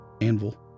anvil